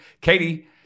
Katie